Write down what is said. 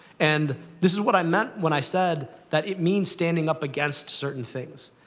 and this is what i meant when i said that it means standing up against certain things.